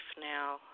now